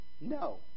No